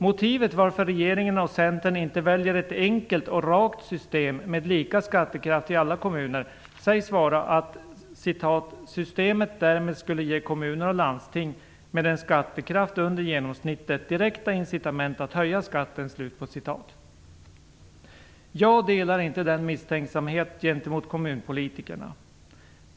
Motivet till att regeringen och Centern inte väljer ett enkelt och rakt system med lika skattekraft i alla kommuner sägs vara att "systemet därmed skulle ge kommuner och landsting, med en skattekraft under genomsnittet, direkta incitament att höja skatten". Jag delar inte denna misstänksamhet gentemot kommunpolitikerna.